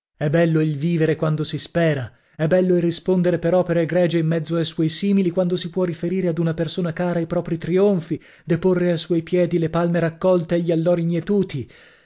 è bello il vivere quando si spera è bello il rispondere per opere egregie in mezzo a suoi simili quando si può riferire ad una persona cara i proprii trionfi deporre a suoi piedi le palme raccolte e gli allori mietuti